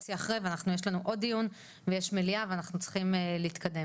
וחצי אחרי ויש לנו עוד דיון ויש מליאה ואנחנו צריכים להתקדם.